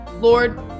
Lord